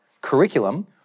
curriculum